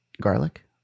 garlic